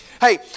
Hey